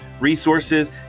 resources